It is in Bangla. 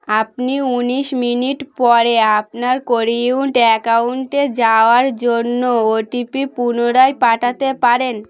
আপনি উনিশ মিনিট পরে আপনার কারেন্ট অ্যাকাউন্টে যাওয়ার জন্য ও টি পি পুনরায় পাঠাতে পারেন